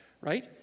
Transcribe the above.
right